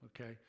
okay